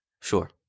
Sure